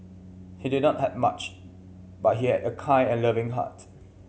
he did not have much but he had a kind and loving heart